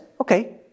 Okay